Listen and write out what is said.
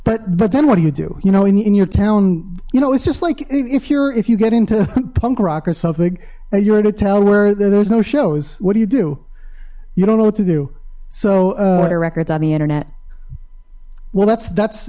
but but then what do you do you know in your town you know it's just like if you're if you get into punk rock or something and you're to tell where there's no shows what do you do you don't know what to do so what are records on the internet well that's that's